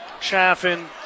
Chaffin